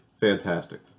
fantastic